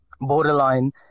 borderline